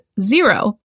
zero